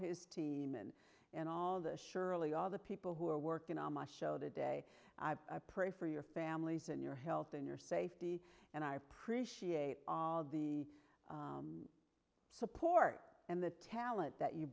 his team and and all the shirley all the people who are working on my show today i pray for your families and your health and your safety and i appreciate the support and the talent that you